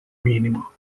minima